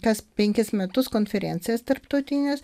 kas penkis metus konferencijas tarptautines